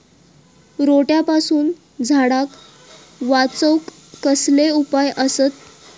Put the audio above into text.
रोट्यापासून झाडाक वाचौक कसले उपाय आसत?